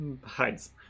hides